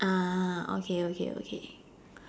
ah okay okay okay